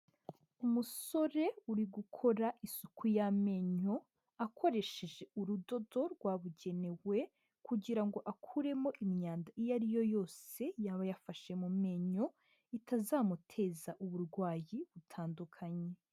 Umusore uri gkora isuku y'amenyo, akoresheje urudodo rwabugenewe kugira ngo akuremo imyanda iyo ari yo yose yaba yafashe mu menyo, itazamuteza uburwayi butandukanye.